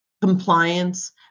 compliance